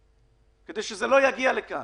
כדי שזה לא יגיע לכאן.